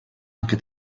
anche